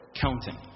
counting